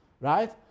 right